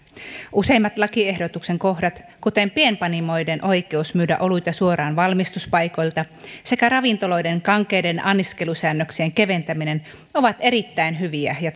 useimmat lakiehdotuksen kohdat kuten pienpanimoiden oikeus myydä oluita suoraan valmistuspaikoilta sekä ravintoloiden kankeiden anniskelusäännöksien keventäminen ovat erittäin hyviä ja